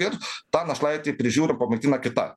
ir tą našlaitį prižiūri pamaitina kita